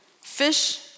fish